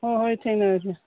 ꯍꯣꯏ ꯍꯣꯏ ꯊꯦꯡꯅꯔꯁꯤ